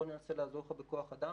בוא ננסה לעזור לך בכוח אדם.